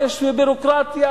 יש ביורוקרטיה,